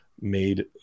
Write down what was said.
made